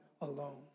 alone